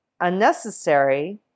unnecessary